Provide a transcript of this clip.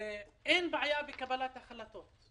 אין בעיה בקבלת החלטות.